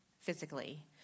physically